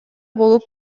болуп